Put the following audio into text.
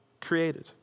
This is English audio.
created